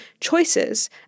choices